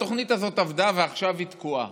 התוכנית הזאת עבדה, ועכשיו היא תקועה.